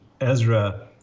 ezra